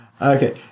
Okay